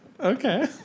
Okay